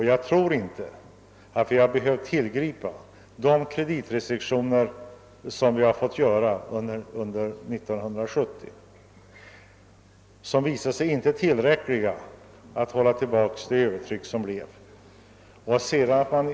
Jag tror inte att vi hade behövt tillgripa dessa starka kreditrestriktioner under 1970, vilka för övrigt inte visat sig vara tillräckliga för att hålla tillbaka det uppkomna övertrycket.